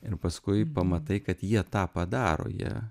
ir paskui pamatai kad jie tą padaro jie